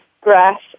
grass